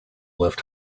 left